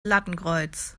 lattenkreuz